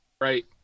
right